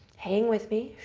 hang with me.